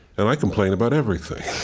and i complain about everything